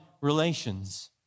relations